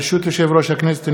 ברשות יושב-ראש הכנסת,